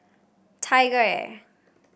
TigerAir